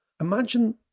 imagine